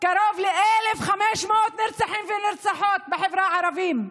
קרוב ל-1,500 נרצחים ונרצחות בחברה הערבית.